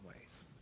ways